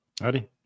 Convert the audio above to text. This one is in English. Howdy